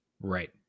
Right